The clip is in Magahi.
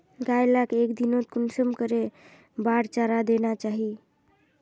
गाय लाक एक दिनोत कुंसम करे बार चारा देना चही?